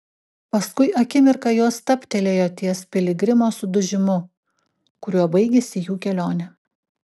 paskui akimirką jos stabtelėjo ties piligrimo sudužimu kuriuo baigėsi jų kelionė